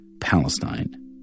Palestine